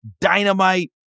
dynamite